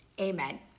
Amen